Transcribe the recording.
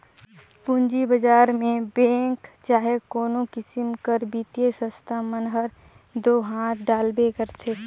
पूंजी बजार में बेंक चहे कोनो किसिम कर बित्तीय संस्था मन हर दो हांथ डालबे करथे